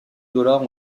dollars